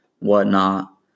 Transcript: whatnot